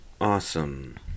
Awesome